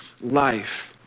life